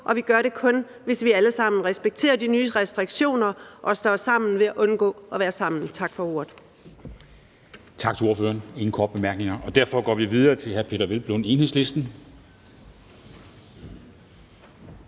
og vi gør det kun, hvis vi alle sammen respekterer de nye restriktioner og står sammen ved at undgå at være sammen. Tak for ordet.